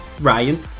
Ryan